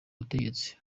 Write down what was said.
butegetsi